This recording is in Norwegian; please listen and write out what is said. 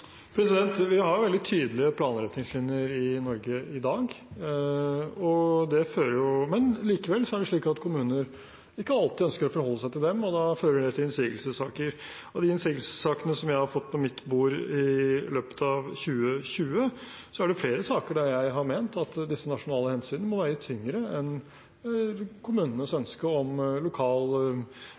Vi har veldig tydelige planretningslinjer i Norge i dag. Likevel er det slik at kommuner ikke alltid ønsker å forholde seg til dem, og da fører det til innsigelsessaker. Av de innsigelsessakene jeg fikk på mitt bord i løpet av 2020, er det flere der jeg har ment at de nasjonale hensynene må veie tyngre enn kommunenes ønske om lokal